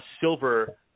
Silver